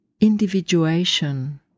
individuation